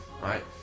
Right